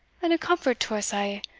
and a comfort to us a',